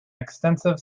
extensive